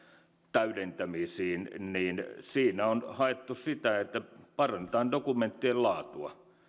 täydentämisiin niin siinä on haettu sitä että parannetaan dokumenttien laatua